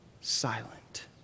silent